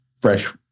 fresh